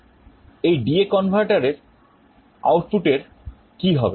এই DA converter এর output এর কি হবে